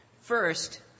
first